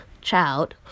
child